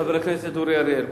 חבר הכנסת אורי אריאל,